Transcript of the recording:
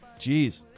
jeez